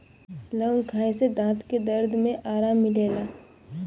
लवंग खाए से दांत के दरद में आराम मिलेला